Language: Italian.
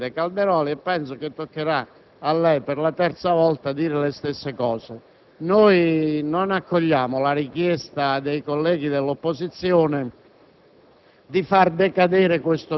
che nella persona del presidente Calderoli e penso che toccherà a lei, per la terza volta, dire le stesse cose. Non accogliamo la richiesta dei colleghi dell'opposizione